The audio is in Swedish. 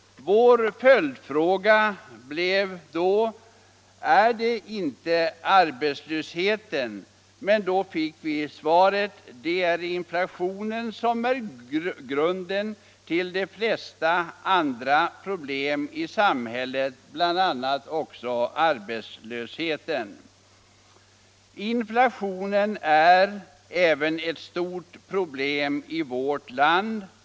Vår följdfråga blev: Är det inte arbetslösheten? Vi fick då svaret: Det är inflationen som är grunden till de flesta andra problem i samhället, bl.a. också arbetslösheten. Inflationen är ett stort problem även i vårt land.